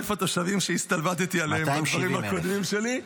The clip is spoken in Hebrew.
התושבים שהסתלבטתי עליהם בדברים הקודמים שלי.